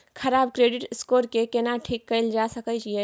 खराब credit score के केना ठीक कैल जा सकै ये?